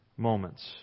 moments